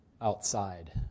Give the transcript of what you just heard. outside